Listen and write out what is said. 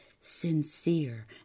sincere